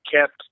kept